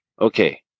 Okay